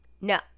No